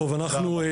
תודה רבה.